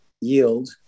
yield